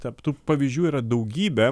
tap tų pavyzdžių yra daugybė